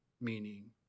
meaning